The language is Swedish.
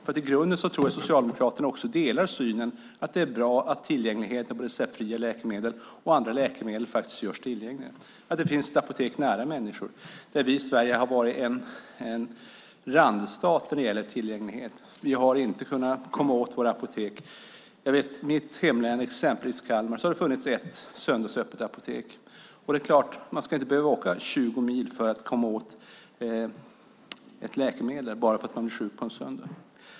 I grunden tror jag att Socialdemokraterna delar synen att det är bra att tillgängligheten på receptfria läkemedel och alla andra läkemedel blir större och att det finns ett apotek nära människor. Vi i Sverige har varit en randstat när det gäller tillgänglighet. Vi har inte kunnat komma åt läkemedel. I till exempel mitt hemlän Kalmar har det funnits ett söndagsöppet apotek. Man ska så klart inte behöva åka 20 mil för att komma åt ett läkemedel bara för att man blir sjuk på en söndag.